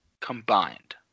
Combined